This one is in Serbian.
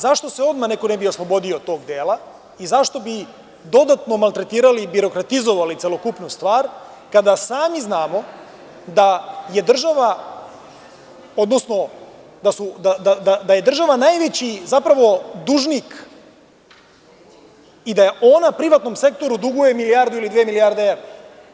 Zašto se odmah neko ne bi oslobodio tog dela i zašto bi dodatno maltretirali i birokratizovali celokupnu stvar kada sami znamo da je država, odnosno da je država najveći zapravo dužnik i da ona privatnom sektoru duguje milijardu ili dve milijarde evra.